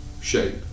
shape